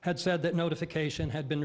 had said that notification had been